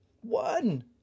one